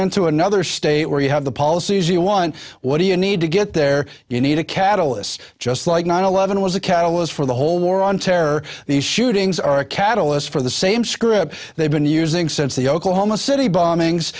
into another state where you have the policies you want what do you need to get there you need a catalyst just like nine eleven was the catalyst for the whole war on terror these shootings are a catalyst for the same script they've been using since the oklahoma city bombings